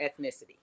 ethnicity